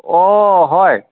অ' হয়